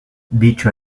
dicho